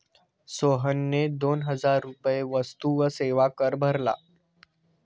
सोहनने दोन हजार रुपये वस्तू व सेवा कर भरला